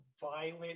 violent